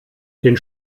den